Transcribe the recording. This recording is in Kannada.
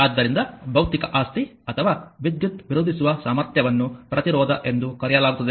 ಆದ್ದರಿಂದ ಭೌತಿಕ ಆಸ್ತಿ ಅಥವಾ ವಿದ್ಯುತ್ ವಿರೋಧಿಸುವ ಸಾಮರ್ಥ್ಯವನ್ನು ಪ್ರತಿರೋಧ ಎಂದು ಕರೆಯಲಾಗುತ್ತದೆ